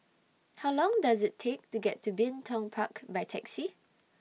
How Long Does IT Take to get to Bin Tong Park By Taxi